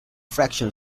fraction